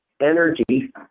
energy